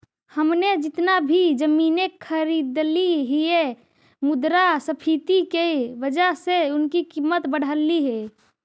हमने जितना भी जमीनें खरीदली हियै मुद्रास्फीति की वजह से उनकी कीमत बढ़लई हे